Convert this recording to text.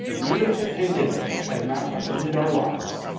even if a pandemic had not upended our lives,